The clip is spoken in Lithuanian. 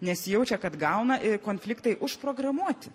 nesijaučia kad gauna i konfliktai užprogramuoti